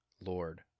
Lord